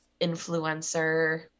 influencer